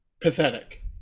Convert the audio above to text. pathetic